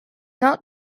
not